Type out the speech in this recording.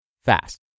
fast